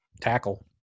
tackle